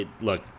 Look